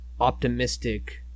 optimistic